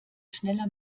schneller